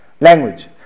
Language